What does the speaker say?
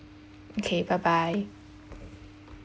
okay bye bye